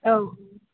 औ